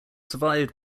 survived